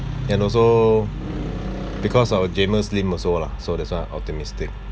and also because our jamus lim also lah so that's why I optimistic